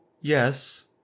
yes